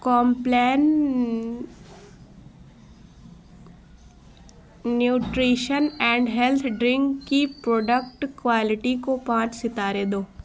Complan nutrition and health drink کی product quality کو پانچ ستارے دو